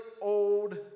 old